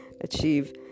achieve